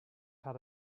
had